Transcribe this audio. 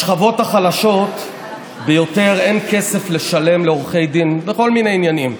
לשכבות החלשות ביותר אין כסף לשלם לעורכי דין בכל מיני עניינים,